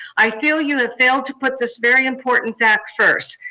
i feel you have failed to put this very important fact first.